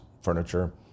furniture